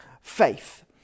faith